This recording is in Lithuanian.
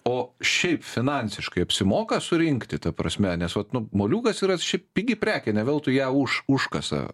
o šiaip finansiškai apsimoka surinkti ta prasme nes vat nu moliūgas yra šiaip pigi prekė ne veltui ją už užkasa